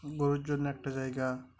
গরুর জন্য একটা জায়গা